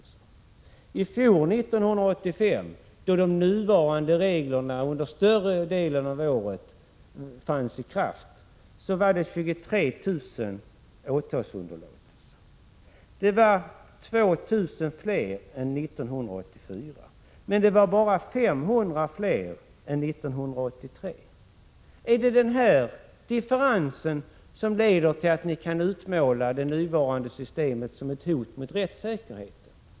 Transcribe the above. Under 1985, då de nuvarande reglerna under större delen av året var i kraft, skedde 23 000 åtalsunderlåtelser. Det är 2 000 fler än 1984, men det är bara 500 fler än 1983. Är det den differensen som leder till att ni kan utmåla det nuvarande systemet som ett hot mot rättssäkerheten?